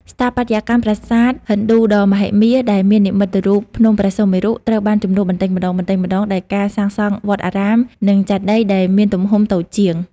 ស្ថាបត្យកម្មប្រាសាទហិណ្ឌូដ៏មហិមាដែលមាននិមិត្តរូបភ្នំព្រះសុមេរុ ត្រូវបានជំនួសបន្តិចម្តងៗដោយការសាងសង់វត្តអារាមនិងចេតិយដែលមានទំហំតូចជាង